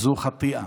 זו ח'טיא,